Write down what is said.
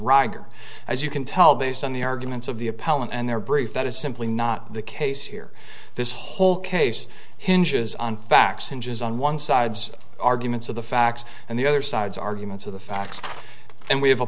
roger as you can tell based on the arguments of the appellant and their brief that is simply not the case here this whole case hinges on facts inches on one side's arguments of the facts and the other side's arguments of the facts and we have a